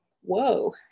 whoa